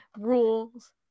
Rules